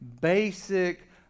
basic